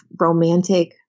romantic